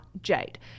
jade